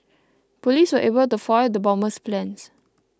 police were able to foil the bomber's plans